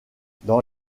dans